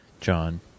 John